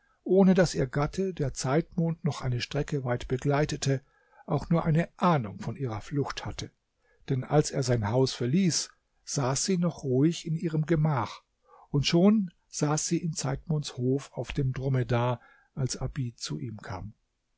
ohne daß ihr gatte der zeitmond noch eine strecke weit begleitete auch nur eine ahnung von ihrer flucht hatte denn als er sein haus verließ saß sie noch ruhig in ihrem gemach und schon saß sie in zeitmonds hof auf dem dromedar als abid zu ihm kam